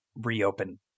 reopen